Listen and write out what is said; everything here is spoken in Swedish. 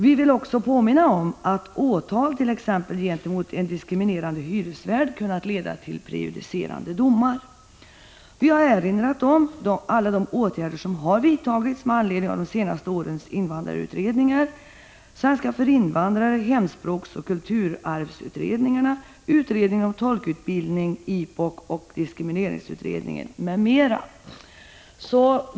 ”Vi vill också påminna om att åtal t.ex. gentemot en diskriminerande hyresvärd kunnat leda till prejudicerande domar.” Vi har erinrat om alla ”de åtgärder som vidtagits med anledning av de senaste årens invandrarutredningar — sfi-, hemspråksoch kulturarvsutredningarna, utredningen om tolkutbildning, IPOK och diskrimineringsutredningen”.